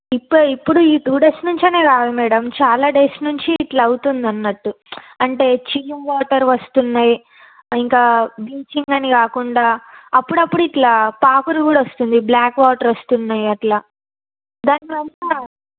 ఇప్పు ఇప్పుడు ఈ టూ డేస్ నుంచి అనే కాదు మ్యాడమ్ చాలా డేస్ నుంచి ఇట్లా అవుతుందనట్టు అంటే చిలుమ్ వాటర్ వస్తున్నాయి ఇంకా బ్లీచింగ్ అని కాకుండా అప్పుడప్పుడు ఇట్లా పాకుడు కూడా వస్తుంది బ్ల్యాక్ వాటర్ వస్తున్నాయి అట్లా దాని వల్ల